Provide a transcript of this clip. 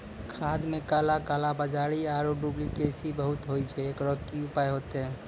खाद मे काला कालाबाजारी आरु डुप्लीकेसी बहुत होय छैय, एकरो की उपाय होते?